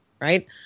right